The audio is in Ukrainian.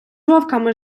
вовками